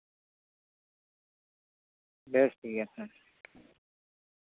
ᱵᱮᱥ ᱴᱷᱤᱠᱜᱮᱭᱟ ᱦᱩᱸ